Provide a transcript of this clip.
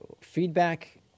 Feedback